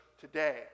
today